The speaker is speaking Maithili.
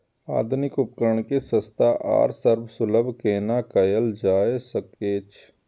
आधुनिक उपकण के सस्ता आर सर्वसुलभ केना कैयल जाए सकेछ?